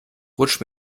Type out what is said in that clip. rutsch